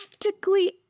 practically